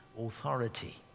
authority